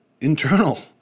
internal